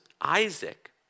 Isaac